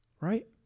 right